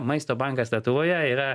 maisto bankas lietuvoje yra